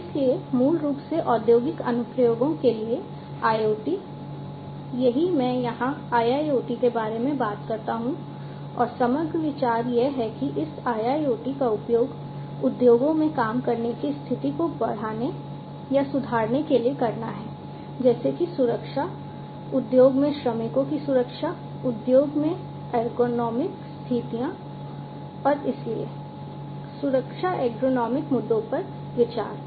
और इसलिए मूल रूप से औद्योगिक अनुप्रयोगों के लिए IoT यही मैं यहां IIoT के बारे में बात करता हूं और समग्र विचार यह है कि इस IIoT का उपयोग उद्योगों में काम करने की स्थिति को बढ़ाने या सुधारने के लिए करना है जैसे कि सुरक्षा उद्योग में श्रमिकों की सुरक्षा उद्योग में एर्गोनोमिक स्थितियां और इसलिए सुरक्षा एर्गोनोमिक मुद्दों पर विचार